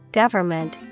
government